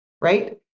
right